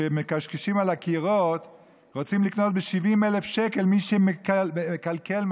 שמקשקשים על הקירות רוצים לקנוס ב-70,000 שקלים מי שמקלקל,